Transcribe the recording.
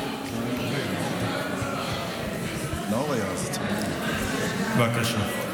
ניסים ואטורי, בבקשה.